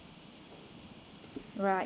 alright